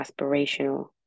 aspirational